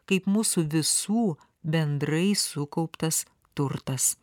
kaip mūsų visų bendrai sukauptas turtas